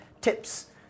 tips